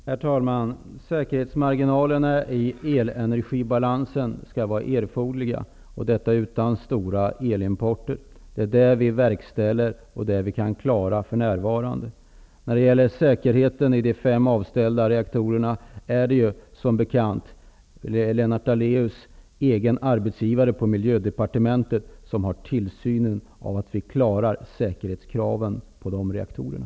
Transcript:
Herr talman! Säkerhetsmarginalerna i elenergibalansen skall vara de erforderliga, och detta utan stor elimport. Det är det vi verkställer, och det är det vi för närvarande kan klara. När det gäller säkerheten i de fem avställda reaktorerna är det, som bekant, Lennart Daléus egen arbetsgivare på miljödepartementet som har tillsynen av att vi klarar säkerhetskraven beträffande de reaktorerna.